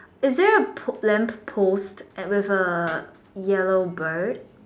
is there a post a lamp post at with a yellow bird